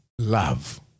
Love